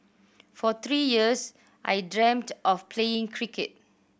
for three years I dreamed of playing cricket